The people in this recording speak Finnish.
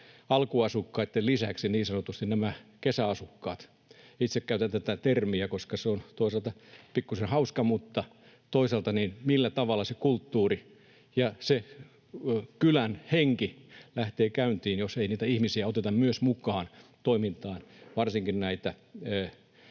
alkuasukkaitten lisäksi nämä kesäasukkaat. Itse käytän tätä termiä, koska se on toisaalta pikkusen hauska, mutta toisaalta: millä tavalla se kulttuuri ja se kylän henki lähtee käyntiin, jos ei niitä ihmisiä oteta myös mukaan toimintaan, varsinkin näitä